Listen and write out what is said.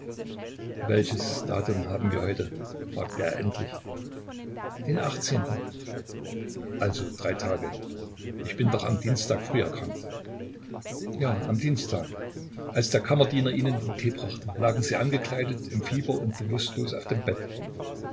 welches datum haben wir heute fragte er endlich den achtzehnten also drei tage ich bin doch am dienstag früh erkrankt ja am dienstag als der kammerdiener ihnen den tee brachte lagen sie angekleidet im fieber und bewußtlos auf dem bett